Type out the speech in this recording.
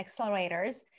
accelerators